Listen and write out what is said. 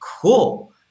cool